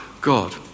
God